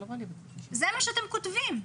זה מה שאתם כותבים.